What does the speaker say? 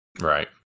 Right